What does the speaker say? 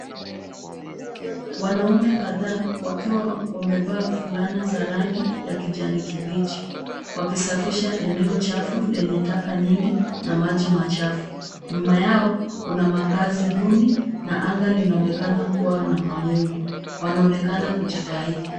Wanaume kadhaa wakiwa wamevaa fulana za rangi ya kijani kibichi wakisafisha eneo chafu lenye taka nyingi na maji machafu. Nyuma yao kuna makazi duni na anga linaonekana kuwa na mawingu. Wanaonekana kujitahidi.